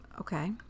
okay